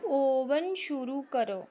oven शुरू करो